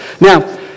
Now